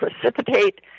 precipitate